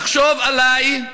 תחשוב עליי,